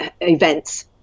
events